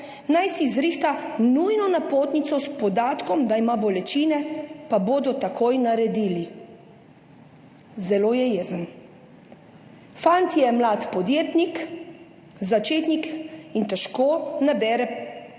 naj si zrihta nujno napotnico s podatkom, da ima bolečine, pa bodo takoj naredili. Zelo je jezen. Fant je mlad podjetnik začetnik in težko nabere